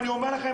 אני אומר לכם,